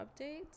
updates